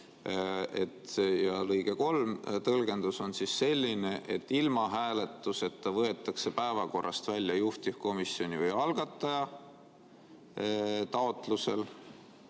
54 lõike 3 tõlgendus on selline, et ilma hääletuseta võetakse eelnõu päevakorrast välja juhtivkomisjoni või algataja taotlusel.